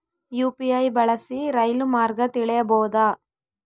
UPI ಬಳಸಿ ರೈಲು ಮಾರ್ಗ ತಿಳೇಬೋದ?